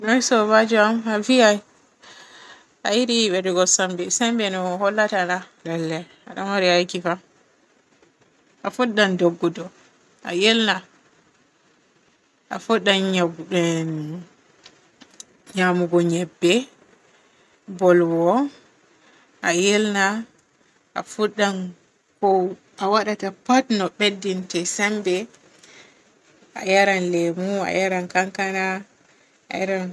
Noy soobajo am? A vi a-a yiɗi beddugu sembe, sembe no hollata na, lallel aɗo maari aiki fa. A fuddan duggudu, a yelna, a fuddan yubdeem-nyamugu nyabbe, nbolwo, a yelna, a fuddan ko a waadata pat ɗo beddinte sembe, a yaran lemo, a yaran kankana, a yaran.